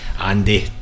Andy